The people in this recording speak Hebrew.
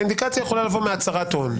האינדיקציה יכולה לבוא מהצהרת הון.